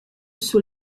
sur